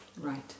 Right